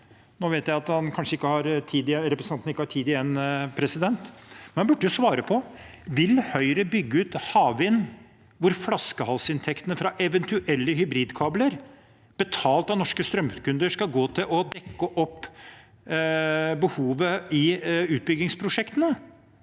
nå vet jeg at representanten Thorheim ikke har taletid igjen – men burde svare på dette: Vil Høyre bygge ut havvind der flaskehalsinntektene fra eventuelle hybridkabler betalt av norske strømkunder skal gå til å dekke opp behovet i utbyggingsprosjektene?